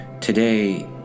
Today